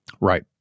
Right